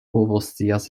povoscias